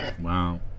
Wow